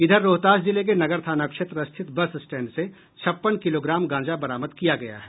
इधर रोहतास जिले के नगर थाना क्षेत्र स्थित बस स्टैंड से छप्पन किलोग्राम गांजा बरामद किया गया है